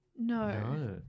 no